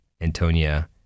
Antonia